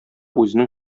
үзенең